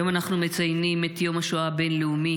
היום אנחנו מציינים את יום השואה הבין-לאומי,